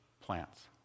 plants